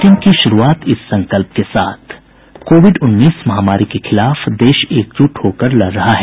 bulletin की शुरूआत इस संकल्प के साथ कोविड उन्नीस महामारी के खिलाफ देश एकजुट होकर लड़ रहा है